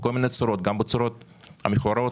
בכל מיני צורות, כולל צורות מכוערות